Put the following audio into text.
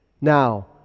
Now